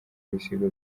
ibisigo